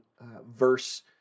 verse